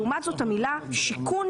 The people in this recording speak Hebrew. לעומת זאת המילה "שיכון",